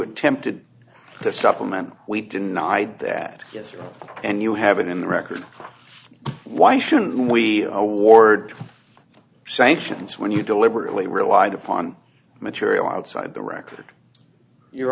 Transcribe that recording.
attempted to supplement we didn't i do that and you have it in the record why shouldn't we award sanctions when you deliberately relied upon material outside the record your